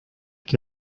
que